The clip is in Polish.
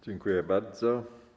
Dziękuję bardzo.